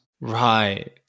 Right